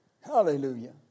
hallelujah